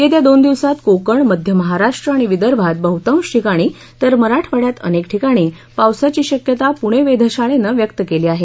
येत्या दोन दिवसांत कोकण मध्य महाराष्ट् आणि विदर्भात बहतांश ठिकाणी तर मराठवाड़यात अनेक ठिकाणी पावसाची शक्यता पूणे वेधशाळेनं व्यक्त केली आहे